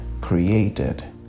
created